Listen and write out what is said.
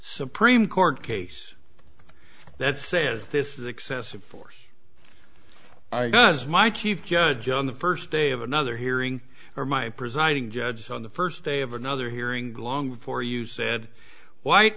supreme court case that says this is excessive force i guess my chief judge on the first day of another hearing or my presiding judge on the first day of another hearing glowing before you said white